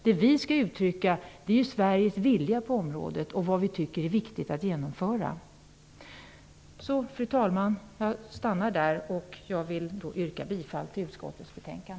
Det vi skall uttrycka är Sveriges vilja på området och vad vi tycker är viktigt att genomföra. Så, fru talman, jag stannar där, och jag vill yrka bifall till utskottets hemställan.